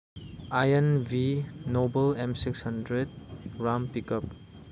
ꯑꯥꯏꯌꯟꯚꯤ ꯅꯣꯕꯜ ꯑꯦꯝ six hundred ꯔꯥꯝ ꯄꯤꯛꯑꯞ